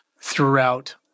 throughout